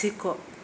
लाथिख'